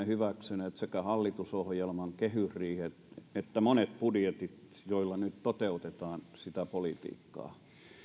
hyväksyneet sekä hallitusohjelman kehysriihen että monet budjetit joilla nyt toteutetaan sitä politiikkaa